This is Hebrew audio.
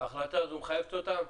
ההחלטה הזו מחייבת אותם?